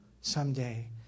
someday